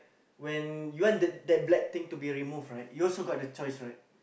when you want the that black thing to be removed right you also got a choice right